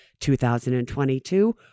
2022